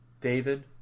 David